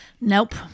Nope